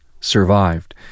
survived